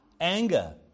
anger